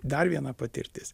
dar viena patirtis